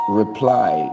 reply